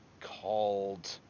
called